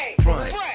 front